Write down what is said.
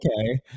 okay